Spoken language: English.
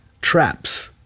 traps